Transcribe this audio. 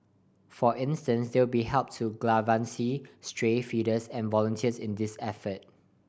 for instance they will be help to galvanise stray feeders and volunteers in these effort